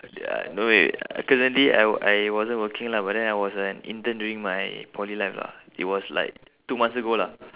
ya in a way currently I I wasn't working lah but then I was an intern during my poly life lah it was like two months ago lah